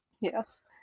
Yes